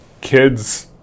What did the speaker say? kids